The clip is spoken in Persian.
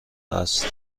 است